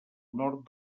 nord